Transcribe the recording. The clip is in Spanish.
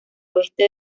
oeste